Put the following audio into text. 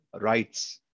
rights